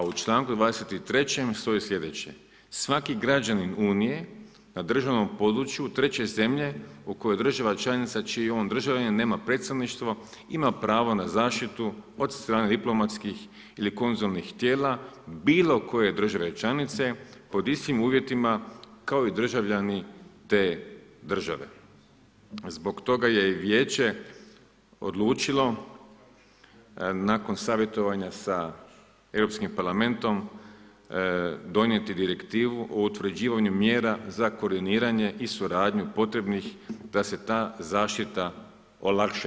A u članku 23. stoji slijedeće: „Svaki građanin Unije na državnom području treće zemlje u kojoj država članica čiji je on državljanin nema predstavništvo, ima pravo na zaštitu od strane diplomatskih ili konzularnih tijela bilokoje države članice pod istim uvjetima kao i državljani te države.“ Zbog toga je i Vijeće odlučilo nakon savjetovanja sa Europskim Parlamentom donijeti direktivu o utvrđivanju mjera za koordiniranje i suradnju potrebnih da se ta zaštita olakša.